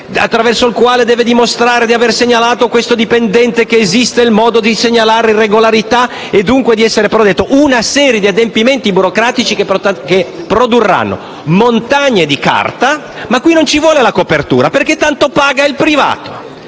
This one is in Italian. attraverso il quale dimostrare di avere segnalato a questo dipendente che esiste il modo di denunciare irregolarità e, quindi, il modo di essere protetti. Una serie di adempimenti burocratici che produrranno montagne di carta ma per i quali non serve la copertura, perché tanto paga il privato.